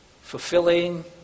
fulfilling